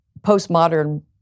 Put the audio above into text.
postmodern